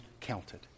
counted